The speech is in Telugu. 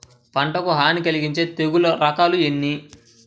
పంటకు హాని కలిగించే తెగుళ్ళ రకాలు ఎన్ని?